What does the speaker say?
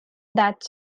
that